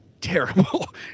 terrible